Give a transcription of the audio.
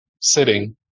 sitting